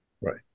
right